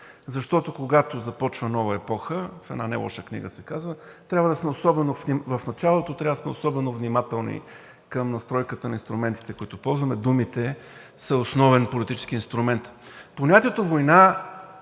защото, когато започва нова епоха – в една нелоша книга се казва – особено в началото трябва да сме особено внимателни към настройката на инструментите, които ползваме, а думите са основен политически инструмент. Понятието „война“